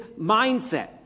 mindset